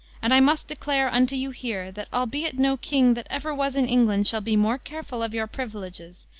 and i must declare unto you here, that albeit no king that ever was in england shall be more careful of your privileges,